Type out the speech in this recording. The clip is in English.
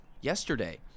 yesterday